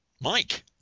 Mike